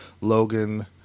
Logan